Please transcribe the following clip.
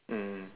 mm